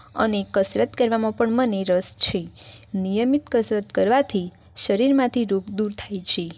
અને કસરત કરવામાં પણ મને રસ છે નિયમિત કસરત કરવાથી શરીરમાંથી રોગ દૂર થાય છે